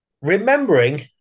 Remembering